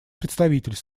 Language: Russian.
представитель